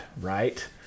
Right